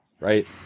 Right